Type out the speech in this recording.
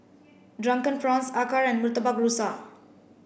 drunken prawns Acar and Murtabak Rusa